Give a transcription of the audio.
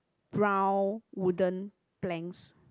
brown wooden planks